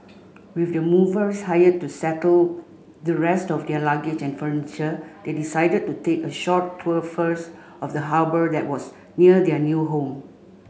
with the movers hired to settle the rest of their luggage and furniture they decided to take a short tour first of the harbour that was near their new home